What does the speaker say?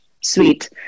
sweet